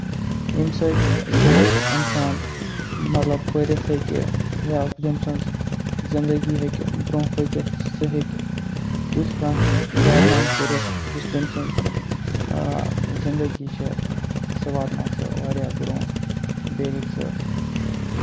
ییٚمہِ سۭتۍ سُہ اِنسان مطلب پٔرِتھ ہیٚکہِ یا تٔمۍ سٕنٛز زِندگی ہیٚکہِ برونٛہہ پٔکِتھ سُہ ہیٚکہِ تیُتھ کانٛہہ کارنامہٕ کٔرِتھ یُس تٔمۍ سٕنٛز زِندگی چھِ سُہ واتناوِ سُہ واریاہ برونٛہہ بیٚیہِ ہیٚکہِ سُہ